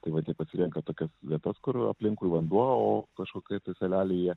tai vat jie pasirenka tokias vietas kur aplinkui vanduo o kažkokioj tai salelėj jie